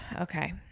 Okay